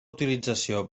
utilització